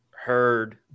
heard –